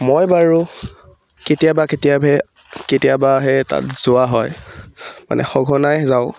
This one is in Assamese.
মই বাৰু কেতিয়াবা কেতিয়াবা কেতিয়াবাহে তাত যোৱা হয় মানে সঘনাই যাওঁ